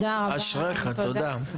אשריך תודה.